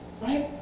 Right